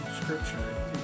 scripture